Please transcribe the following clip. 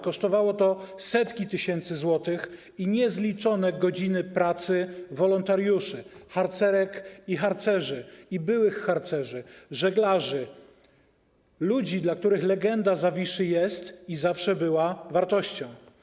Kosztowało to setki tysięcy złotych i niezliczone godziny pracy wolontariuszy, harcerek i harcerzy, i byłych harcerzy, żeglarzy, ludzi, dla których legenda ˝Zawiszy˝ jest i zawsze była wartością.